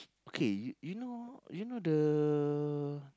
okay you you know you know the